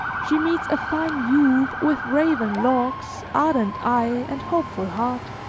she meets a fine youth with raven locks, ardent eye and hopeful heart